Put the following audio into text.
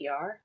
PR